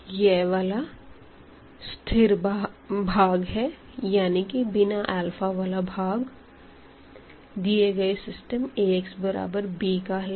यह वाला स्थिर भाग है यानी कि बिना अल्फा वाला भाग दिए गए सिस्टम Ax बराबर b का हल है